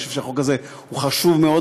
אני חושב שהחוק הזה הוא חשוב מאוד,